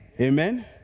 Amen